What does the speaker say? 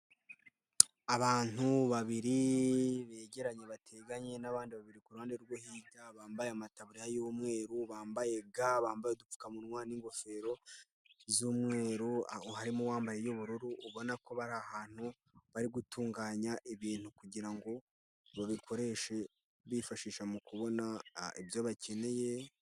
Abantu babiri begeranye bateganye n'abandi babiri ku ruhande rwo hirya, bambaye amataburiya y'umweru, bambaye ga, bambaye udupfukamunwa n'ingofero z'umweru, harimo uwambaye iy'ubururu, ubona ko bari ahantu bari gutunganya ibintu kugira ngo babikoreshe, bifashisha mu kubona ibyo bakeneye...